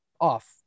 off